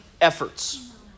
efforts